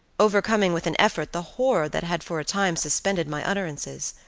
overcoming with an effort the horror that had for a time suspended my utterances.